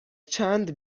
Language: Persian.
چند